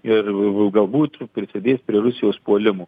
ir galbūt prisidės prie rusijos puolimo